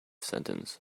sentence